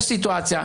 יש סיטואציה,